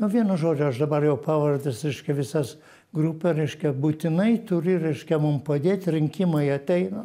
nu vienu žodžiu aš dabar jau pavardes reiškia visas grupė reiškia būtinai turi reiškia mum padėt rinkimai ateina